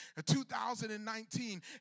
2019